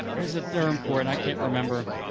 there's a term for it. i can't remember.